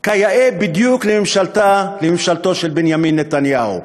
כיאה בדיוק לממשלתו של בנימין נתניהו.